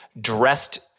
dressed